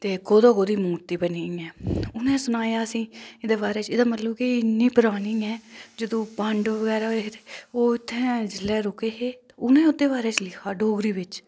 ते कदूं कदूं मूर्ति बनी ऐ उनें सनाया असेंगी एहदे बारे च एह्दा मतलब की इन्नी परानी ऐ जदूं पांडव बगैरा होए हे ओह् इत्थै जिल्लै रूके हे उनें उंदे बारे च लिखेआ डोगरी बिच